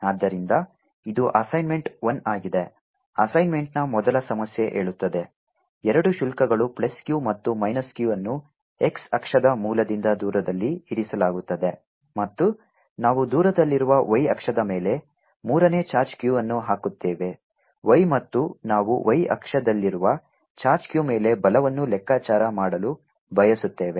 ಆದ್ದರಿಂದ ಇದು ಅಸೈನ್ಮೆಂಟ್ 1 ಆಗಿದೆ ಅಸೈನ್ಮೆಂಟ್ನ ಮೊದಲ ಸಮಸ್ಯೆ ಹೇಳುತ್ತದೆ ಎರಡು ಶುಲ್ಕಗಳು ಪ್ಲಸ್ Q ಮತ್ತು ಮೈನಸ್ Q ಅನ್ನು x ಅಕ್ಷದ ಮೂಲದಿಂದ ದೂರದಲ್ಲಿ ಇರಿಸಲಾಗುತ್ತದೆ ಮತ್ತು ನಾವು ದೂರದಲ್ಲಿರುವ y ಅಕ್ಷದ ಮೇಲೆ ಮೂರನೇ ಚಾರ್ಜ್ Q ಅನ್ನು ಹಾಕುತ್ತೇವೆ y ಮತ್ತು ನಾವು y ಅಕ್ಷದಲ್ಲಿರುವ ಚಾರ್ಜ್ q ಮೇಲೆ ಬಲವನ್ನು ಲೆಕ್ಕಾಚಾರ ಮಾಡಲು ಬಯಸುತ್ತೇವೆ